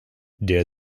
der